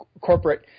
corporate